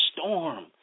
storm